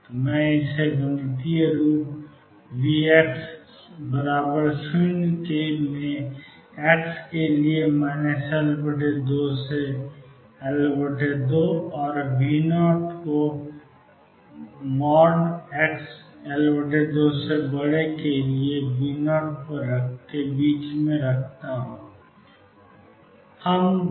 तो मैं इसे गणितीय रूप Vx0 में x के लिए L2 L2 और V0 xL2 के बीच में रखता हूं और बीच में एक सीमा है